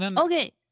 Okay